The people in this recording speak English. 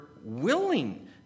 willing